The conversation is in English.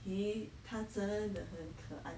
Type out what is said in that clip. !ee! 他真的很可爱